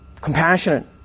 compassionate